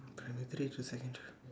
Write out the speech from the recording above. primary three to sec three